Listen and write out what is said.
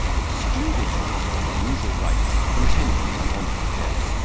excluding them from the usual rites intended to honor the dead.